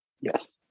Yes